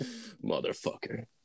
Motherfucker